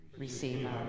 receive